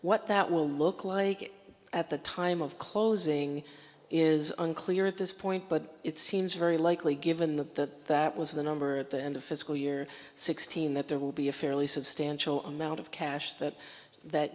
what that will look like it at the time of closing is unclear at this point but it seems very likely given that that was the number at the end of fiscal year sixteen that there will be a fairly substantial amount of cash that that